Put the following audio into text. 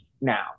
now